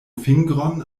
fingron